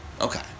Okay